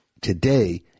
today